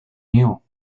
meal